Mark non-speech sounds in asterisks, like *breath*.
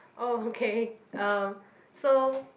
*breath* okay um so